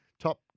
top